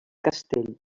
castell